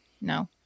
No